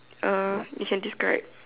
uh you can describe